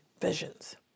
visions